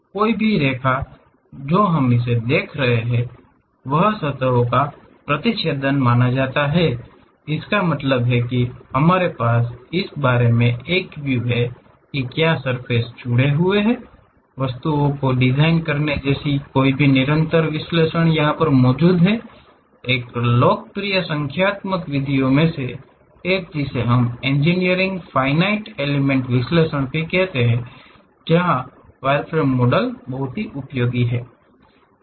कोई भी रेखा जो हम इसे देख रहे हैं वह सतहों का प्रतिच्छेदन माना जाता है इसका मतलब है हमारे पास इस बारे में एक व्यू है कि क्या सर्फ़ेस जुड़े हुए हैं वस्तुओं को डिजाइन करने जैसे किसी भी निरंतर विश्लेषण के लिए एक लोकप्रिय संख्यात्मक विधियों में से एक जिसे हम इंजीनियरिंग फाइनाइट एलिमंट विश्लेषण भी कहते हैं उसमे उपयोगी हैं